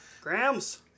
Grams